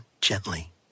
gently